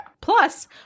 Plus